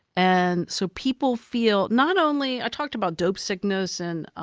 and so people feel, not only. i talked about dope sickness and